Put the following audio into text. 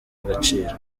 agaciro